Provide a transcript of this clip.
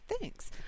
Thanks